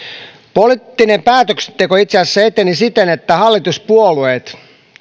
poliittinen päätöksenteko itse asiassa eteni siten että hallituspuolueet